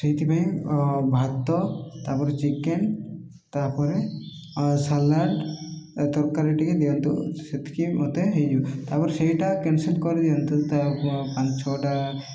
ସେଇଥିପାଇଁ ଭାତ ତାପରେ ଚିକେନ ତାପରେ ସାଲାଡ଼ ତରକାରୀ ଟିକେ ଦିଅନ୍ତୁ ସେତିକି ମୋତେ ହେଇଯିବ ତାପରେ ସେଇଟା କ୍ୟାନସେଲ କରିଦିଅନ୍ତୁ ତା ପାଞ୍ଚ ଛଅଟା